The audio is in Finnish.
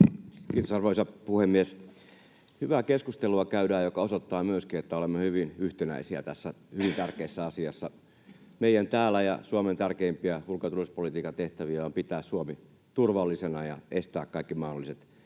Kiitos, arvoisa puhemies! Hyvää keskustelua käydään, joka osoittaa myöskin sen, että olemme hyvin yhtenäisiä tässä hyvin tärkeässä asiassa. Meidän täällä ja Suomen tärkeimpiä ulko- ja turvallisuuspolitiikan tehtäviä on pitää Suomi turvallisena ja estää kaikki mahdolliset